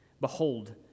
Behold